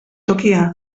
tokia